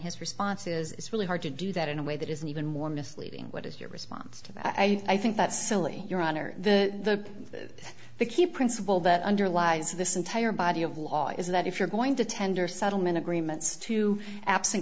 his responses it's really hard to do that in a way that isn't even more misleading what is your response to that i think that's solely your honor the the key principle that underlies this entire body of law is that if you're going to tender settlement agreements to abs